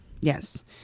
Yes